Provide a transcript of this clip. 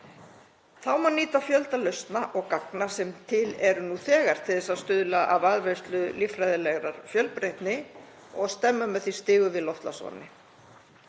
Þá má nýta fjölda lausna og gagna sem til eru nú þegar til þess að stuðla að varðveislu líffræðilegrar fjölbreytni og stemma með því stigu við loftslagsvánni.